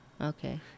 Okay